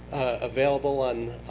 available on